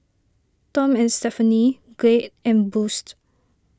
Tom and Stephanie Glade and Boost